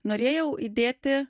norėjau įdėti